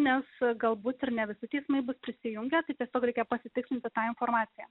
nes galbūt ir ne visi teismai bus prisijungę tai tiesiog reikia pasitikslinti tą informaciją